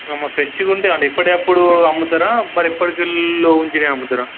మ్మా ఫ్రెష్గా ఉంటే ఎప్పుడవి అప్పుడు అమ్ముతారాా మరి ఎప్పటికెళ్లో ఉంచినవి అమ్ముతారా